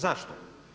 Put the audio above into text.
Zašto?